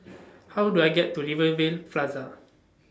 How Do I get to Rivervale Plaza